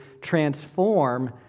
transform